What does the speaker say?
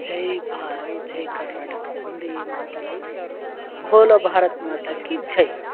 ಜೈ ಭಾರತ್ ಜೈ ಕರ್ನಾಟಕ ಒಂದೇ ಮಾತರಂ ಭೋಲೋ ಭಾರತ್ ಮಾತಾಕಿ ಜೈ